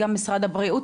גם משרד הבריאות,